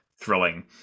thrilling